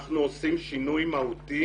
אנחנו עושים שינוי מהותי